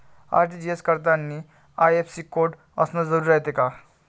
RTGS करतांनी IFSC code असन जरुरी रायते का?